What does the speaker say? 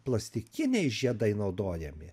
plastikiniai žiedai naudojami